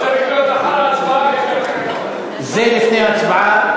צריך להיות אחרי הצבעה, זה לפני הצבעה.